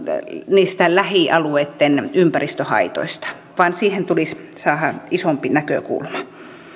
niiden lähialueitten ympäristöhaitat siihen tulisi saada isompi näkökulma